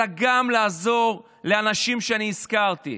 גם לעזור לאנשים שאני הזכרתי.